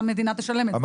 המדינה תשלם את זה.